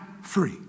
free